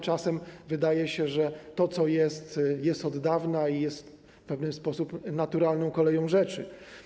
Czasem wydaje się, że to, co jest, jest od dawna i jest w pewien sposób naturalną koleją rzeczy.